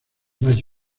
más